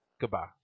Goodbye